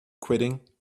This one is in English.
quitting